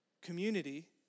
community